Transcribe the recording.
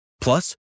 Plus